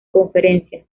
conferencias